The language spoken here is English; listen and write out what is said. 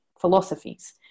philosophies